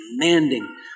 demanding